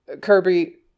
Kirby